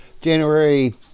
January